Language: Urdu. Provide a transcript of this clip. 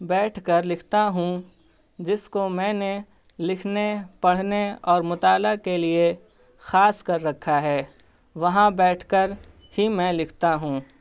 بیٹھ کر لکھتا ہوں جس کو میں نے لکھنے پڑھنے اور مطالعہ کے لیے خاص کر رکھا ہے وہاں بیٹھ کر ہی میں لکھتا ہوں